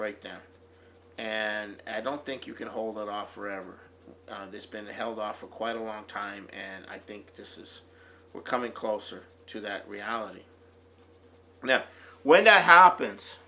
breakdown and i don't think you can hold off forever on this been held off for quite a long time and i think this is we're coming closer to that reality when that happens